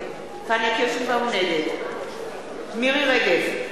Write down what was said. נגד מירי רגב,